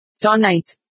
Tonight